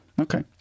Okay